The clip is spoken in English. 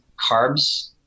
carbs